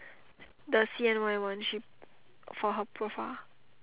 the C_N_Y one she for her profile